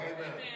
Amen